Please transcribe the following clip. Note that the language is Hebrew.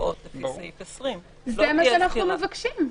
הוראות לפי סעיף 20. זה מה שאנחנו מבקשים.